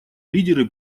лидеры